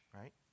right